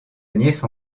nièce